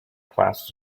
class